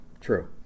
True